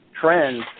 trends